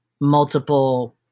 multiple